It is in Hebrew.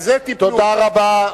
על זה תיתנו, תודה רבה.